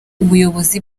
ubuyobozi